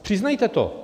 Přiznejte to.